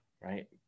right